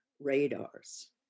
radars